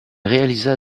réalisa